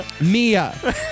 Mia